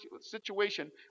situation